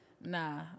Nah